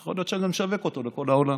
יכול להיות שנשווק אותו לכל העולם.